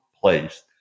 place